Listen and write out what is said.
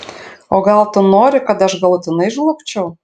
o gal tu nori kad aš galutinai žlugčiau